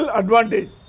advantage